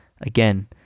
Again